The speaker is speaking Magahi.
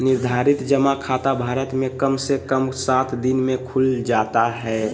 निर्धारित जमा खाता भारत मे कम से कम सात दिन मे खुल जाता हय